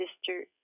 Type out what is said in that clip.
Sister